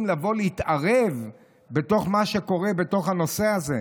לבוא להתערב בתוך מה שקורה בתוך הנושא הזה.